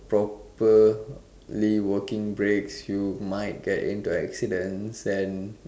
properly working brakes you might get into accidents and